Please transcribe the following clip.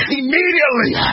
immediately